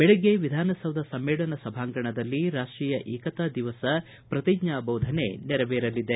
ಬೆಳಿಗ್ಗೆ ವಿಧಾನ ಸೌಧ ಸಮ್ಮೇಲನ ಸಭಾಂಗಣದಲ್ಲಿ ರಾಷ್ಟೀಯ ಏಕತಾ ದಿವಸ ಪ್ರತಿಜ್ಞಾ ಬೋಧನೆ ನೆರವೇರಲಿದೆ